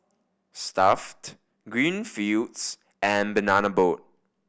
Stuff'd Greenfields and Banana Boat